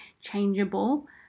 changeable